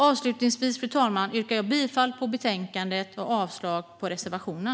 Avslutningsvis yrkar jag bifall till förslaget i betänkandet och avslag på reservationen.